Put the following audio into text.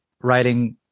writing